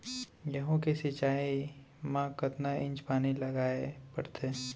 गेहूँ के सिंचाई मा कतना इंच पानी लगाए पड़थे?